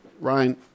Ryan